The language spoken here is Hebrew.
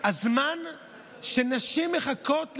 הזמן שנשים מחכות לדיון,